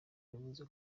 yavuze